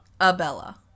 Abella